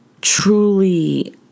truly